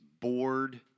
bored